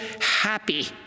happy